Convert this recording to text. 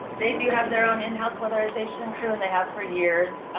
they do have their own in-house weatherization crew and they have for years.